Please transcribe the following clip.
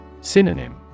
Synonym